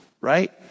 right